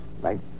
right